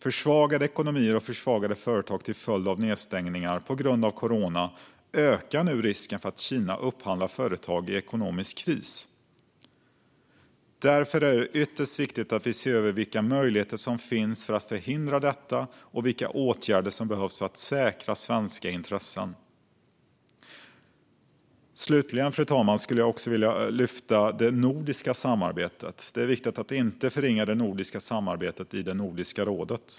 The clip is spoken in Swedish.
Försvagade ekonomier och försvagade företag till följd av nedstängningar på grund av corona ökar nu risken för att Kina upphandlar företag i ekonomisk kris. Därför är det ytterst viktigt att vi ser över vilka möjligheter som finns för att förhindra detta och vilka åtgärder som behövs för att säkra svenska intressen. Fru talman! Slutligen skulle jag också vilja lyfta fram det nordiska samarbetet. Det är viktigt att inte förringa det nordiska samarbetet i Nordiska rådet.